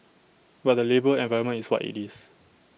but the labour environment is what IT is